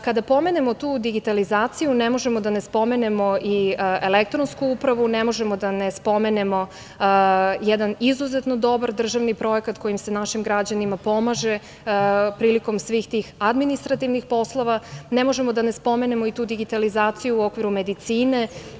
Kada pomenemo tu digitalizaciju ne možemo da ne spomenemo i elektronsku upravu, ne možemo da ne spomenemo jedan izuzetno dobar državni projekat kojim se našim građanima pomaže prilikom svih tih administrativnih poslova, ne možemo da ne spomenemo i tu digitalizaciju u okviru medicine.